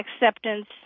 acceptance